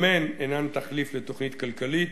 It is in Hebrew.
גם הן אינן תחליף לתוכנית כלכלית.